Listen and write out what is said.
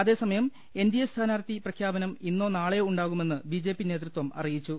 അതേസമയം N D A സ്ഥാനാർത്ഥി പ്രഖ്യാപനം ഇന്നോ നാളെയോ ഉണ്ടാകുമെന്ന് ബിജെപി നേതൃത്വം അറിയിച്ചു